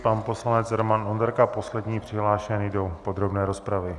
Pan poslanec Roman Onderka, poslední přihlášený do podrobné rozpravy.